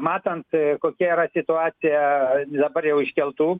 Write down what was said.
matant kokia yra situacija dabar jau iškeltų